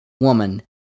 woman